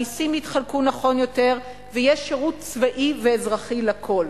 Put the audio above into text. המסים יתחלקו נכון ויותר ויהיה שירות צבאי ואזרחי לכול.